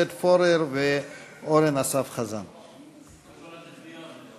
מנואל טרכטנברג וזהבה גלאון.